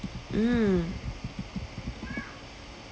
mm